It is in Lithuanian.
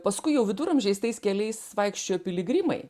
paskui jau viduramžiais tais keliais vaikščiojo piligrimai